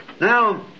Now